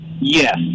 Yes